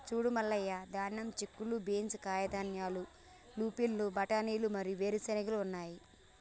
సూడు మల్లయ్య ధాన్యం, చిక్కుళ్ళు బీన్స్, కాయధాన్యాలు, లూపిన్లు, బఠానీలు మరియు వేరు చెనిగెలు ఉన్నాయి